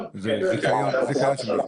זה זיכיון?